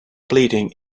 bleeding